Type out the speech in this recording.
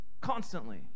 constantly